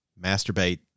masturbate